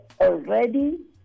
already